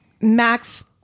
Max